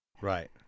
Right